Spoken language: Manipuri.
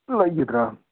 ꯂꯩꯒꯗ꯭ꯔꯥ